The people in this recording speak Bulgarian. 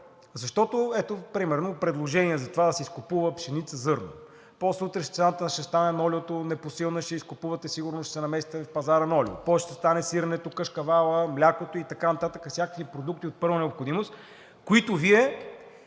Защото ето, примерно предложение за това да се изкупува пшеница и зърно. После утре цената ще стане на олиото непосилна. Ще изкупувате и сигурно ще се намесите в пазара на олиото. После ще стане сиренето, кашкавалът, млякото и така нататък. Всякакви продукти от първа необходимост, които Вие,